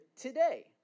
Today